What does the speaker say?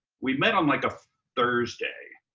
we met on like a thursday.